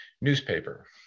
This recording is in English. newspaper